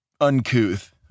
uncouth